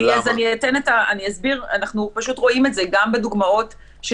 אנחנו פשוט רואים את זה גם בדוגמאות של